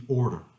order